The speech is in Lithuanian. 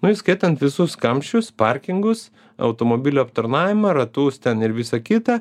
nu įskaitant visus kamščius parkingus automobilio aptarnavimą ratus ten ir visa kita